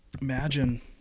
imagine